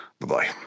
Bye-bye